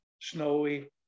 snowy